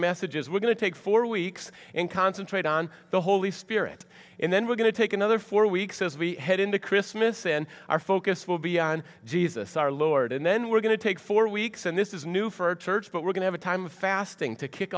messages we're going to take four weeks and concentrate on the holy spirit and then we're going to take another four weeks as we head into christmas in our focus will be on jesus our lord and then we're going to take four weeks and this is new for church but we're going have a time of fasting to kick